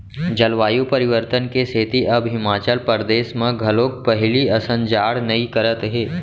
जलवायु परिवर्तन के सेती अब हिमाचल परदेस म घलोक पहिली असन जाड़ नइ करत हे